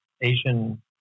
asian